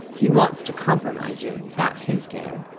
he wants to compromise you that's his game!